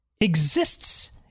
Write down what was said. exists